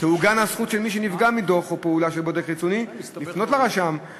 תעוגן הזכות של מי שנפגע מדוח או מפעולה של בודק חיצוני לפנות לרשם,